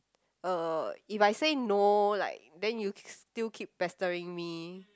uh if I say no like then you still keep pestering me